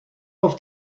auf